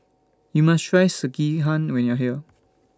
YOU must Try Sekihan when YOU Are here